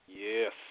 Yes